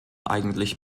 eigentlich